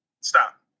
Stop